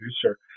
producer